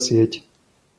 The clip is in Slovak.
sieť